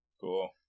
Cool